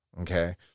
okay